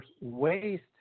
waste